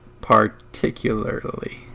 Particularly